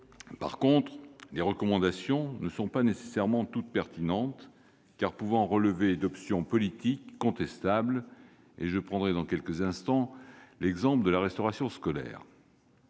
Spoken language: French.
revanche, les recommandations ne sont pas nécessairement toutes pertinentes, car elles peuvent relever d'options politiques contestables ; je prendrais dans quelques instants l'exemple de la restauration scolaire.